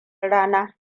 rana